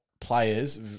players